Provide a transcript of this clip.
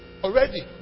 already